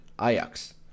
Ajax